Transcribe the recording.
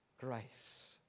grace